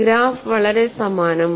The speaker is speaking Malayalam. ഗ്രാഫ് വളരെ സമാനമാണ്